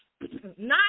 nine